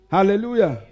Hallelujah